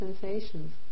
sensations